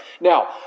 Now